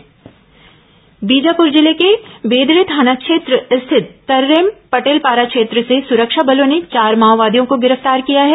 माओवादी वारदात बीजापुर जिले के बेदरे थाना क्षेत्र स्थित तर्रेम पटेलपारा क्षेत्र से सुरक्षा बलों ने चार माओवादियों को गिरफ्तार किया है